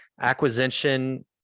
acquisition